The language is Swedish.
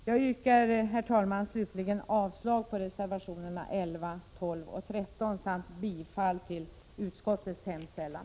Jag yrkar, herr talman, slutligen avslag på reservationerna 11, 12 och 13 samt bifall till utskottets hemställan.